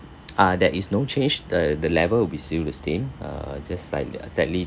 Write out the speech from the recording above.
ah there is no change the the level will be still the same err just slightly slightly